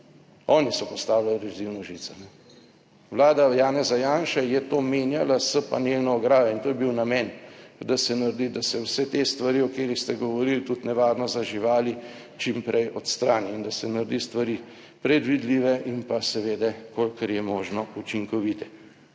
Oni so postavljali rezilno žico. Vlada Janeza Janše je to menjala s panelno ograjo in to je bil namen, da se naredi, da se vse te stvari, o katerih ste govorili tudi nevarno za živali čim prej odstrani in da se naredi stvari predvidljive in pa seveda kolikor je možno učinkovite.